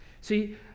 See